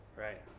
Right